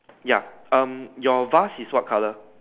ya um your vase is what color